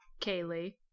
Kaylee